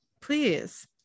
please